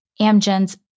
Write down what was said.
Amgen's